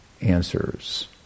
answers